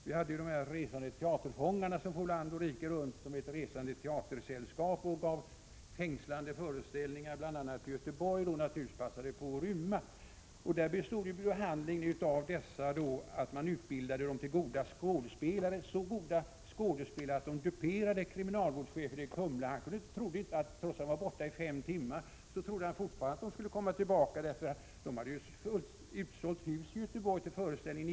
Vi hade de resande teaterfångarna, som for land och rike runt som ett resande teatersällskap och gav fängslande föreställningar, bl.a. i Göteborg, och då naturligtvis passade på att rymma. Där bestod behandlingen i att man utbildade dem till goda skådespelare, så goda skådespelare att de duperade kriminalvårdschefen i Kumla, som — trots att fångarna hade varit borta i fem timmar — trodde att de skulle komma tillbaka. Det var ju utsålt hus i Göteborg till föreställningen kl.